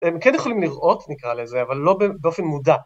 הם כן יכולים לראות נקרא לזה, אבל לא באופן מודע.